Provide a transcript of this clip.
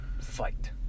fight